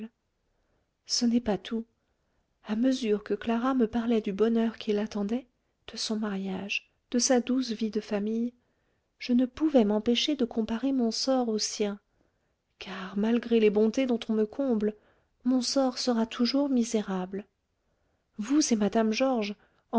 ce n'est pas tout à mesure que clara me parlait du bonheur qui l'attendait de son mariage de sa douce vie de famille je ne pouvais m'empêcher de comparer mon sort au sien car malgré les bontés dont on me comble mon sort sera toujours misérable vous et mme georges